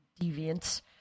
deviants